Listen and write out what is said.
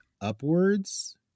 upwards